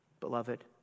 beloved